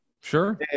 Sure